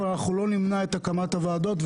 אבל אנחנו לא נמנע את הקמת הוועדות.